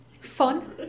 Fun